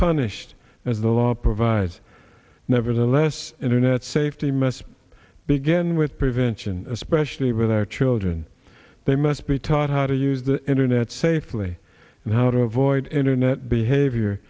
punished as the law provides nevertheless internet safety must begin with prevention especially with our children they must be taught how to use the internet safely and how to avoid internet behavior